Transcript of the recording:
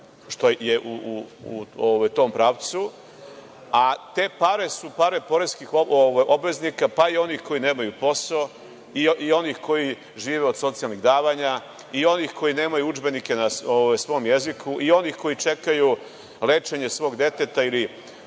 što je u tom pravcu. Te pare su pare poreskih obveznika pa i onih koji nemaju posao i onih koji žive od socijalnih davanja i onih koji nemaju udžbenike na svom jeziku i onih koji čekaju lečenje svog deteta ili